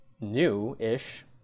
new-ish